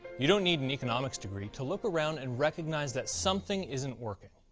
you don't need an economics degree to look around and recognize that something isn't working.